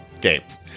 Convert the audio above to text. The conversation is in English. games